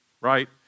right